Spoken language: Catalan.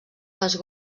les